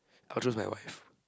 I'll choose my wife